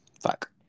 Fuck